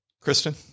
Kristen